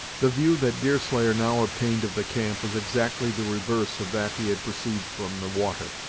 the view that deerslayer now obtained of the camp was exactly the reverse of that he had perceived from the water.